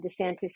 DeSantis